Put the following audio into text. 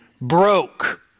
broke